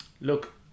look